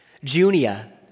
Junia